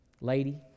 lady